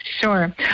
Sure